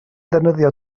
ddefnyddio